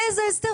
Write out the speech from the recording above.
איזה הסבר?